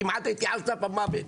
כמעט הייתי על סף מוות.